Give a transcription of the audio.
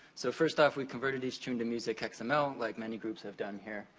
so, first off, we converted each tune to music xml, like many groups have done here.